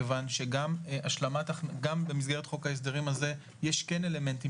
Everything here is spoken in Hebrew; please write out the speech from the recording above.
כיוון שגם במסגרת חוק ההסדרים הזה יש כן אלמנטים